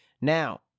Now